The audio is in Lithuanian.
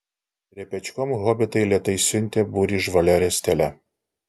repečkom hobitai lėtai siuntė būrį žvalia ristele